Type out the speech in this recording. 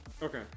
Okay